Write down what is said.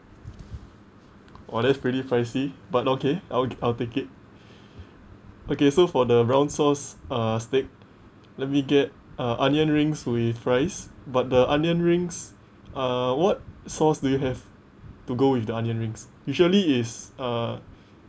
!wah! that's pretty pricey but okay I'll ok~ I'll take it okay so for the brown sauce uh steak let me get uh onion rings with rice but the onion rings uh what sauce do you have to go with the onion rings usually is uh